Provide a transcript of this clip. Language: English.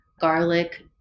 garlic